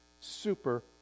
super